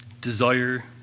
desire